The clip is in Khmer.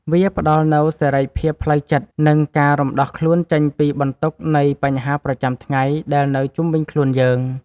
វាផ្ដល់នូវសេរីភាពផ្លូវចិត្ត និងការរំដោះខ្លួនចេញពីបន្ទុកនៃបញ្ហាប្រចាំថ្ងៃដែលនៅជុំវិញខ្លួនយើង។